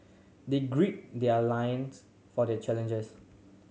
they gird their loins for the challenges